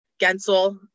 Gensel